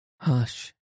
Hush